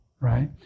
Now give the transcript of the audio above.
Right